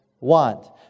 want